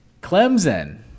Clemson